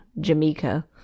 Jamaica